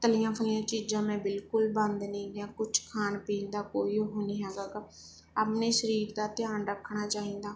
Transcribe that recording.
ਤਲੀਆਂ ਫਲੀਆਂ ਚੀਜ਼ਾਂ ਮੈਂ ਬਿਲਕੁਲ ਬੰਦ ਨਹੀਂ ਜਾਂ ਕੁਝ ਖਾਣ ਪੀਣ ਦਾ ਕੋਈ ਉਹ ਨਹੀਂ ਹੈਗਾ ਆਪਣੇ ਸਰੀਰ ਦਾ ਧਿਆਨ ਰੱਖਣਾ ਚਾਹੀਦਾ